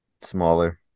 Smaller